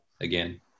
again